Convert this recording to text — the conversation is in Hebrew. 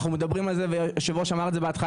אנחנו מדברים על זה והיו"ר אמר את זה בהתחלה,